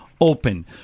Open